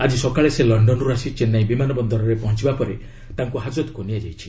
ଆଜି ସକାଳେ ସେ ଲଣ୍ଡନରୁ ଆସି ଚେନ୍ନାଇ ବିମାନ ବନ୍ଦରରେ ପହଞ୍ଚବା ପରେ ତାଙ୍କୁ ହାଜତକୁ ନିଆଯାଇଛି